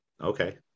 Okay